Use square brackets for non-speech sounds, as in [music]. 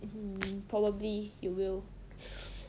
hmm you probably you will [laughs]